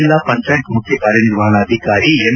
ಜಿಲ್ಲಾ ಪಂಚಾಯತ್ ಮುಖ್ಯ ಕಾರ್ಯನಿರ್ವಹಣಾಧಿಕಾರಿ ಎಂ